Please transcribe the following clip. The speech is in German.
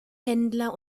händler